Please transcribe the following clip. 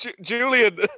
Julian